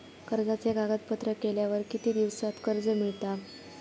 कर्जाचे कागदपत्र केल्यावर किती दिवसात कर्ज मिळता?